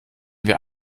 wir